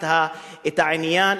את העניין,